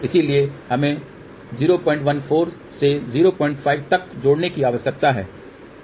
इसलिए हमें 014 से 05 तक जोड़ने की आवश्यकता है